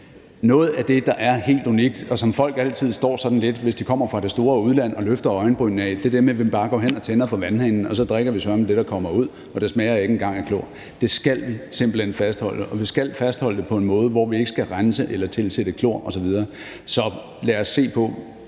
Noget af det, der er helt unikt, og som folk altid står sådan og løfter øjenbrynene af, hvis de kommer fra det store udland, er, at man bare går hen og tænder for vandhanen, og så drikker man søreme det, der kommer ud, og det smager ikke engang af klor. Det skal vi simpelt hen fastholde, og vi skal fastholde det på en måde, hvor vi ikke skal rense eller tilsætte klor osv. Så lad os se på,